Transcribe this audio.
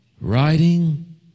Writing